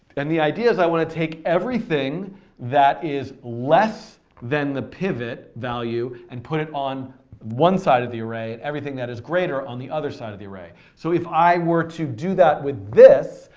and the idea is i want to take everything that is less than the pivot value and put it on one side of the array, everything that is greater on the other side of the array. so if i were to do that with this,